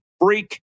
freak